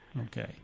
Okay